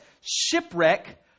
shipwreck